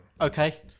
Okay